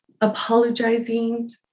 apologizing